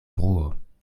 bruo